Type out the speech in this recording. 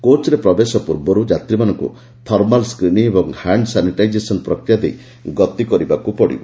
କୋଚ୍ରେ ପ୍ରବେଶ ପୂର୍ବରୁ ଯାତ୍ରୀମାନଙ୍କୁ ଥର୍ମାଲ୍ ସ୍କ୍ରିନିଂ ଓ ହାଣ୍ଡ ସାନିଟାଇଜେନ୍ ପ୍ରକ୍ରିୟା ଦେଇ ଗତି କରିବାକୁ ପଡିବ